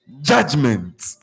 Judgment